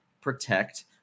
protect